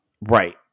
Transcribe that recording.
Right